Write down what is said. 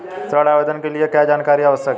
ऋण आवेदन के लिए क्या जानकारी आवश्यक है?